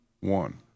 one